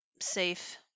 safe